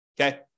okay